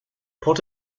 put